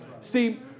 See